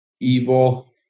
evil